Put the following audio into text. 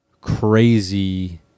crazy